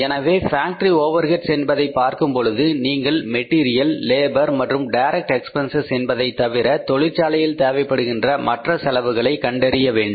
எனவே ஃபேக்டரி ஓவர் ஹெட்ஸ் என்பதைப் பார்க்கும் பொழுது நீங்கள் மெட்டீரியல் லேபர் மற்றும் டைரக்ட் எக்பென்சஸ் என்பதை தவிர தொழிற்சாலையில் தேவைப்படுகின்ற மற்ற செலவுகளை கண்டறிய வேண்டும்